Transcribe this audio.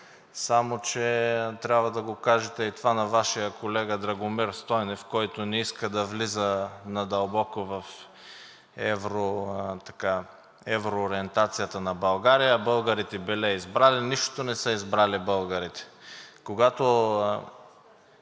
Само че, трябва да го кажете и това на Вашия колега, Драгомир Стойнев, който не иска да влиза надълбоко в евроориентацията на България. Българите били избрали. Нищо не са избрали българите.